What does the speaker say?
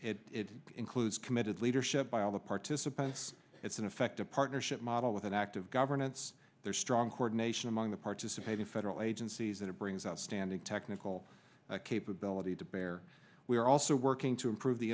it includes committed leadership by all the participants it's an effective partnership model with an active governance their strong cord nation among the participating federal agencies and it brings outstanding technical capability to bear we are also working to improve the